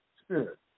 spirit